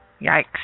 Yikes